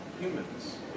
humans